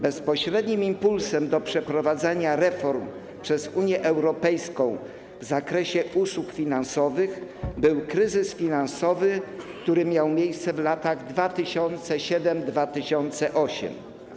Bezpośrednim impulsem do przeprowadzenia reform przez Unię Europejską w zakresie usług finansowych był kryzys finansowy, który miał miejsce w latach 2007 i 2008.